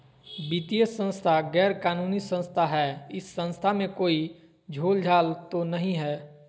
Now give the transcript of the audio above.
वित्तीय संस्था गैर कानूनी संस्था है इस संस्था में कोई झोलझाल तो नहीं है?